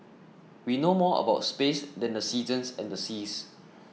we know more about space than the seasons and the seas